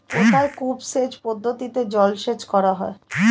কোথায় কূপ সেচ পদ্ধতিতে জলসেচ করা হয়?